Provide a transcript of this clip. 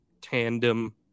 tandem